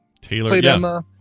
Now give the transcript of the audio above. Taylor